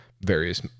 various